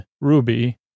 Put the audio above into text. Ruby